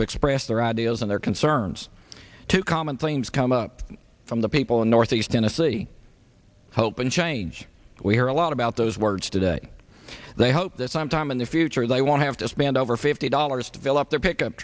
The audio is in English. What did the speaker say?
to express their ideas and their concerns to common themes come up from the people in northeast tennessee hope and change we hear a lot about those words today they hope this time time in the future they won't have to spend over fifty dollars to fill up their pickup